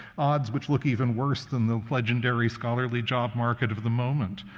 odds which look even worse than the legendary scholarly job market of the moment.